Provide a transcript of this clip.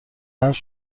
حرف